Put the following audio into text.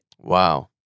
Wow